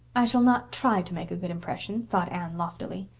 i shall not try to make a good impression, thought anne loftily.